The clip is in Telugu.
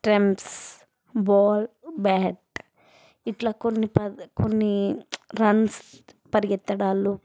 స్టెమ్స్ బాల్ బ్యాట్ ఇట్లా కొన్ని ప కొన్ని రన్స్ పరిగెత్తడాలు